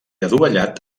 adovellat